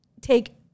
take